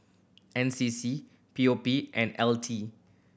N C C P O P and L T